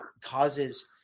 causes